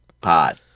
pod